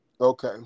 Okay